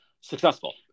Successful